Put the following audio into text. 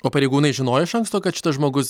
o pareigūnai žinojo iš anksto kad šitas žmogus